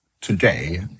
today